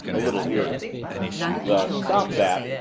a little irritably the stop that!